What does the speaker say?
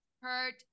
hurt